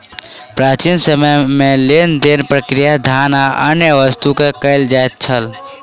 प्राचीन समय में लेन देन प्रक्रिया धान आ अन्य वस्तु से कयल जाइत छल